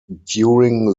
during